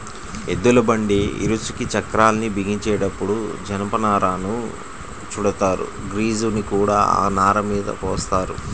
ఎద్దుల బండి ఇరుసుకి చక్రాల్ని బిగించేటప్పుడు జనపనారను చుడతారు, గ్రీజుని కూడా ఆ నారమీద పోత్తారు